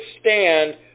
stand